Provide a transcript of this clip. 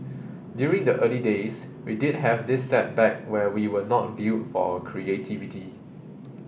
during the early days we did have this setback where we were not viewed for our creativity